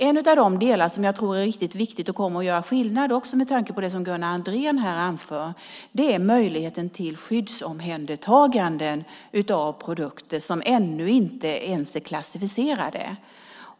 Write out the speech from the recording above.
En av de delar som jag tror är riktigt viktiga och som kommer att göra skillnad också med tanke på det som Gunnar Andrén här anför är möjligheten till skyddsomhändertaganden av produkter som ännu inte ens är klassificerade.